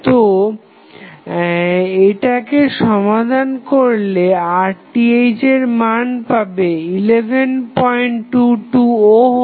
তো এটাকে সমাধান করলে Rth এর মান পাবে 1122 ওহম